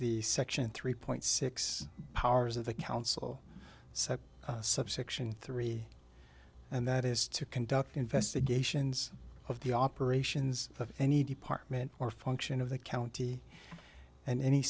the section three point six hours of the council said subsection three and that is to conduct investigations of the operations of any department or function of the county and any